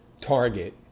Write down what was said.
Target